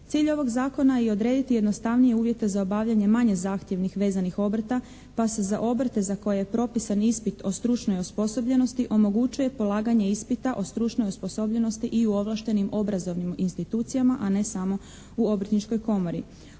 Cilj ovog Zakona je i odrediti jednostavnije uvjete za obavljanje manje zahtjevnih vezanih obrta pa se za obrte za koje je propisan ispit o stručnoj osposobljenosti omogućuje polaganje ispita o stručnoj osposobljenosti i u ovlaštenim obrazovnim institucijama a ne samo u Obrtničkoj komori.